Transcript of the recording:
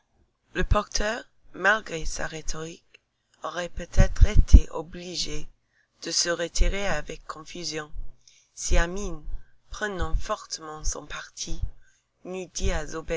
le porteur malgré sa rhétorique aurait peut-être été obligé de se retirer avec confusion si amine prenant fortement son parti n'eût dit